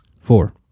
four